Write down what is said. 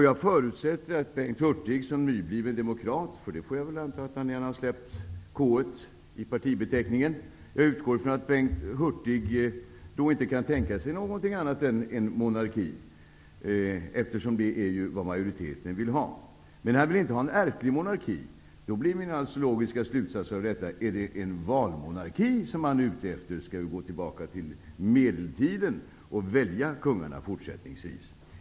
Jag förutsätter att Bengt Hurtig som nybliven demokrat, för det får jag väl anta att han är när han har släppt k:et i partibeteckningen, inte kan tänka sig någonting annat än monarki, eftersom det är vad majoriteten vill ha. Men han vill inte ha en ärftlig monarki. Då blir min alldeles logiska slutsats: Är det en valmonarki som han är ute efter? Skall vi gå tillbaka till medeltiden och välja kungarna fortsättningsvis?